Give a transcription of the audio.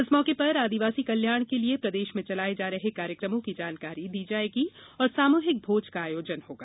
इस मौके पर आदिवासी कल्याण के लिये प्रदेश में चलाए जा रहे कार्यक्रमों की जानकारी दी जाएगी और सामूहिक भोज का आयोजन होगा